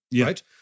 right